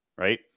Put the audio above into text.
Right